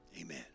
amen